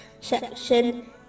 section